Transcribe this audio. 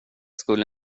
skulle